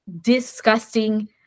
disgusting